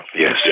yes